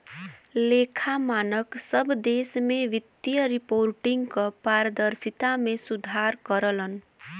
लेखा मानक सब देश में वित्तीय रिपोर्टिंग क पारदर्शिता में सुधार करलन